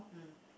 mm